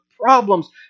problems